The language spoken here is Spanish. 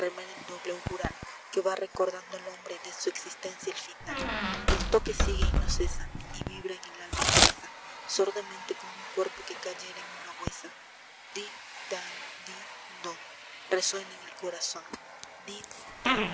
el doble augural que va recordando al hombre de su existencia el final el toque sigue y no cesa y vibra en el alma opresa sordamente como un cuerpo que cayera en una huesa din dan din don resuena en el corazón